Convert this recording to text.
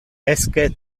esque